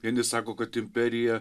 vieni sako kad imperija